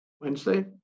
Wednesday